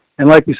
and like you